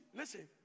listen